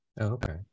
okay